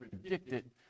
predicted